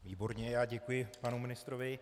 Výborně, děkuji panu ministrovi.